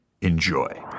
enjoy